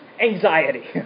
anxiety